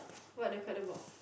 what the card about